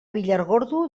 villargordo